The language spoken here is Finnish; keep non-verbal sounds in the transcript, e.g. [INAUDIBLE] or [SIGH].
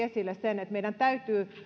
[UNINTELLIGIBLE] esille sen että meidän täytyy